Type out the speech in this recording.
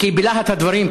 בלהט הדברים,